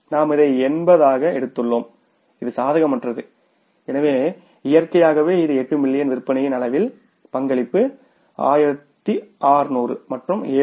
நாம் இதை 80 ஆக எடுத்துள்ளோம் இது சாதகமற்றது எனவே இயற்கையாகவே இது 8 மில்லியன் விற்பனையின் அளவில் பங்களிப்பு 1600 ஆயிரம் மற்றும் 7